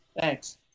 Thanks